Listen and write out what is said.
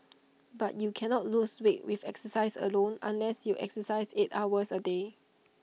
but you cannot lose weight with exercise alone unless you exercise eight hours A day